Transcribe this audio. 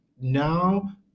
now